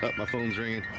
but my phone's ringing